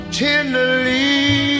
tenderly